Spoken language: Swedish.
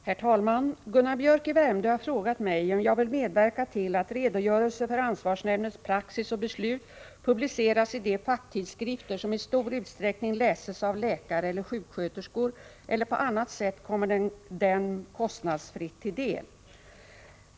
Herr talman! Gunnar Biörck i Värmdö har frågat mig om jag vill medverka till att redogörelser för ansvarsnämndens praxis och beslut publiceras i de facktidskrifter som i stor utsträckning läses av läkare eller sjuksköterskor eller på annat sätt kommer dem kostnadsfritt till del.